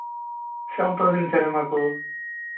seven thousand ఇచ్చారు మాకు